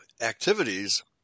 activities